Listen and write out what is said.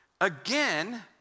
Again